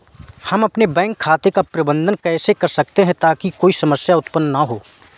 हम अपने बैंक खाते का प्रबंधन कैसे कर सकते हैं ताकि कोई समस्या उत्पन्न न हो?